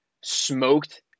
smoked